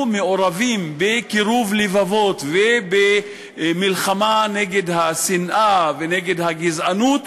מעורבים בקירוב לבבות ובמלחמה נגד השנאה ונגד הגזענות,